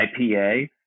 IPA